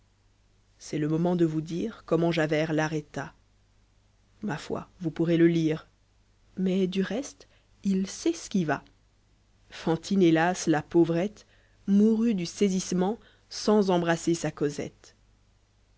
c'est le moment de vous dire comment javert l'arrêta ma foi vous pourez le lire mais du reste il s'esquiva fantine hélas la pauvrette mourut du saisissement sans embrasser sa cosette